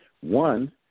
One